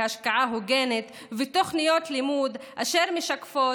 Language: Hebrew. השקעה הוגנת ותוכניות לימוד אשר משקפות